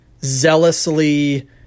zealously